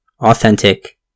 authentic